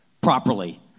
properly